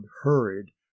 hurried